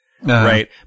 right